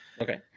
okay